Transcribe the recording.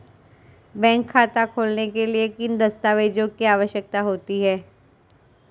Bank खाता खोलने के लिए किन दस्तावेज़ों की आवश्यकता होती है?